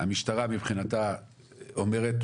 המשטרה מבחינתה אומרת,